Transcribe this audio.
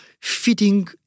fitting